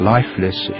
Lifeless